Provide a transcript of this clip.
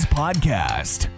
podcast